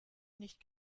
nicht